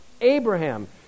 Abraham